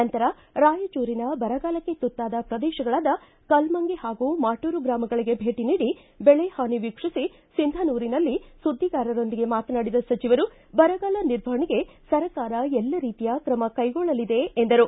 ನಂತರ ರಾಯಚೂರಿನ ಬರಗಾಲಕ್ಕೆ ತುತ್ತಾದ ಪ್ರದೇಶಗಳಾದ ಕಲ್ಲಂಗಿ ಹಾಗೂ ಮಾಟೂರು ಗ್ರಾಮಗಳಿಗೆ ಭೇಟ ನೀಡಿ ಬೆಳೆಹಾನಿ ವೀಕ್ಷಿಸಿ ಸಿಂಧನೂರಿನಲ್ಲಿ ಸುದ್ದಿಗಾರರೊಂದಿಗೆ ಮಾತನಾಡಿದ ಸಚಿವರು ಬರಗಾಲ ನಿರ್ವಹಣೆಗೆ ಸರ್ಕಾರ ಎಲ್ಲಾ ರೀತಿಯ ಕ್ರಮ ಕೈಗೊಳ್ಳಲಿದೆ ಎಂದರು